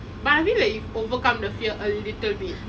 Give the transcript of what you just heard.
but I feel like you've overcome the fear a little bit